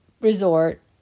resort